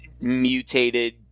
mutated